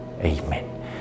Amen